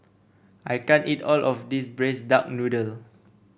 I can't eat all of this Braised Duck Noodle